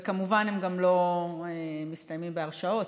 והם כמובן גם לא מסתיימים בהרשעות,